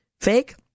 Fake